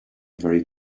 very